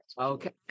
okay